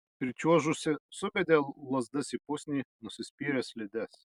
pričiuožusi subedė lazdas į pusnį nusispyrė slides